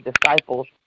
disciples